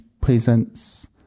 presents